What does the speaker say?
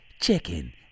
chicken